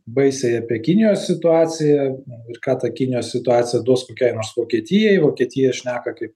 baisiai apie kinijos situaciją ir ką ta kinijos situacija duos kokiai nors vokietijai vokietija šneka kaip